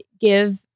give